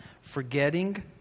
forgetting